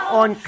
on